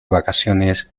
vacaciones